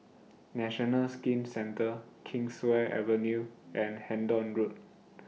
National Skin Centre Kingswear Avenue and Hendon Road